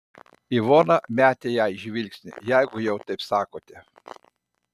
ivona metė jai žvilgsnį jeigu jau taip sakote